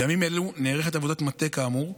בימים אלו נערכת עבודת מטה כאמור,